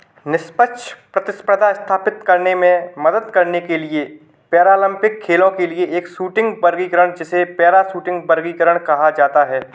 निष्पक्ष प्रतिस्पर्धा स्थापित करने में मदद करने के लिए पैरालम्पिक खेलों के लिए एक शूटिंग वर्गीकरण जिसे पैरा शूटिंग वर्गीकरण कहा जाता है